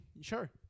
Sure